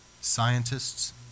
scientists